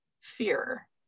fear